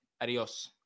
Adios